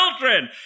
children